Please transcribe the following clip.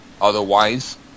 otherwise